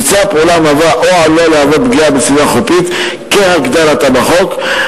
ביצע פעולה המהווה או עלולה להוות פגיעה בסביבה החופית כהגדרתה בחוק.